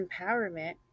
empowerment